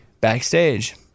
backstage